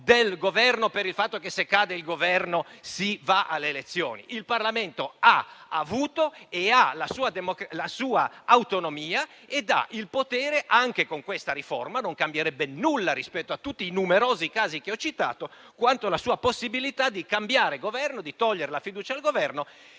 del Governo per il fatto che se cade il Governo si va alle elezioni; il Parlamento ha avuto e ha la sua autonomia ed ha il potere (anche con questa riforma non cambierebbe nulla rispetto a tutti i numerosi casi che ho citato) di cambiare Governo, di togliergli la fiducia e